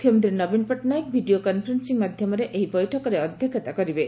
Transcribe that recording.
ମୁଖ୍ୟମନ୍ତୀ ନବୀନ Patnaik video conferencing ମାଧ୍ଧମରେ ଏହି ବୈଠକରେ ଅଧ୍ଧକ୍ଷତା କରିବେ